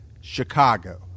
Chicago